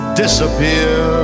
disappear